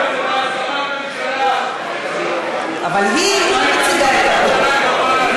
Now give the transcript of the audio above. אבל אני לא יכולה לתת לך רשות דיבור.